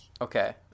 Okay